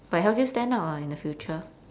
but helps you stand out ah in the future